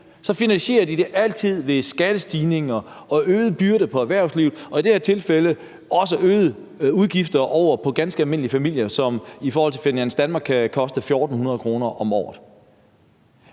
så finansierer de det altid ved skattestigninger og øgede byrder på erhvervslivet og i det her tilfælde også øgede udgifter for ganske almindelige familier, hvilket ifølge Finans Danmark kan være 1.400 kr. om året.